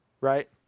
right